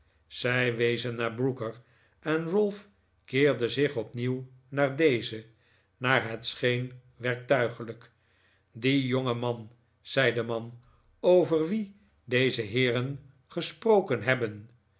zij wezen naar brooker en ralph keerde zich opnieuw naar dezen naar het scheen werktuiglijk die jongeman zei de man over wien deze heeren gesproken hebben